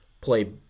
play